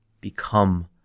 become